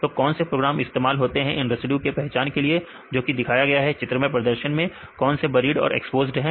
तो कौन से प्रोग्राम इस्तेमाल होते हैं इन रेसिड्यू के पहचान के लिए जो कि दिखाया गया है चित्रमय प्रदर्शन में कौन सा बरीड और एक्सपोज्ड है